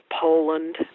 Poland